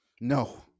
No